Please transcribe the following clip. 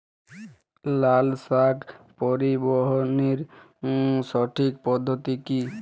লালশাক পরিবহনের সঠিক পদ্ধতি কি?